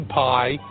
pie